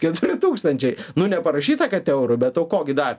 keturi tūkstančiai nu neparašyta kad eurų bet o ko gi dar